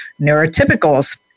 neurotypicals